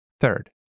Third